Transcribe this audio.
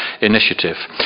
initiative